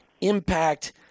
impact